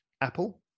Apple